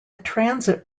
transit